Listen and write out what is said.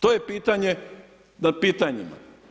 To je pitanje nad pitanjima.